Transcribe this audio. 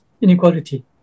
inequality